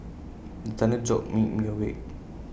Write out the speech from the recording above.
the thunder jolt me me awake